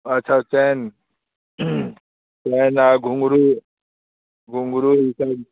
अच्छा चैन नया नया घुँघरू घुंघुरू निकल